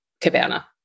cabana